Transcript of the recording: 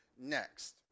next